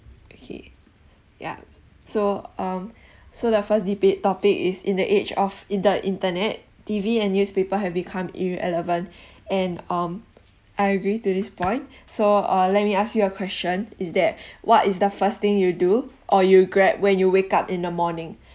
okay ya so um so the first debate topic is in the age of inter~ internet T_V and newspaper have become irrelevant and um I agree to this point so uh let me ask you a question is that what is the first thing you do or you grab when you wake up in the morning